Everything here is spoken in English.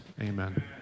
Amen